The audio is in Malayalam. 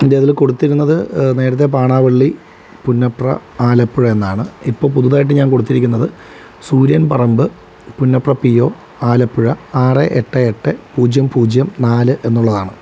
എൻ്റെ അതിൽ കൊടുത്തിരുന്നത് നേരത്തെ പാണാവള്ളി പുന്നപ്ര ആലപ്പുഴ എന്നാണ് ഇപ്പോൾ പുതുതായിട്ട് ഞാൻ കൊടുത്തിരിക്കുന്നത് സൂര്യൻ പറമ്പ് പുന്നപ്ര പി ഒ ആലപ്പുഴ ആറ് എട്ട് എട്ട് പൂജ്യം പൂജ്യം നാല് എന്നുള്ളതാണ്